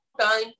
time